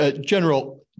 General